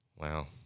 Wow